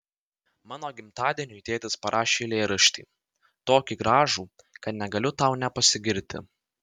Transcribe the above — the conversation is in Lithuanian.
mano gimtadieniui tėtis parašė eilėraštį tokį gražų kad negaliu tau nepasigirti